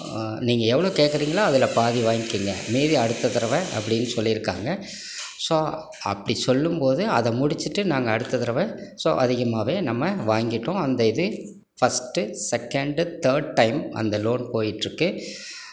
நீங்கள் எவ்வளோ கேட்கறீங்களோ அதில் பாதி வாங்கிக்கோங்க மீதி அடுத்த தடவை அப்படின்னு சொல்லியிருக்காங்க ஸோ அப்படி சொல்லும்போது அதை முடிச்சுட்டு நாங்கள் அடுத்த தடவை ஸோ அதிகமாகவே நம்ம வாங்கிட்டோம் அந்த இது ஃபஸ்ட்டு செகென்ட் தேர்ட் டைம் அந்த லோன் போயிட்டிருக்குது